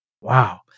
Wow